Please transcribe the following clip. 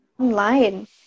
online